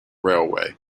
railway